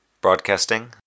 Broadcasting